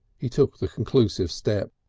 he took the conclusive step.